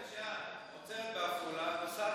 הרכבת